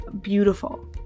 beautiful